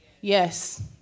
Yes